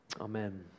Amen